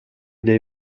dei